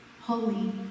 holy